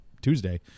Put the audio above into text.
Tuesday